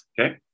okay